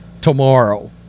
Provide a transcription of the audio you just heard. tomorrow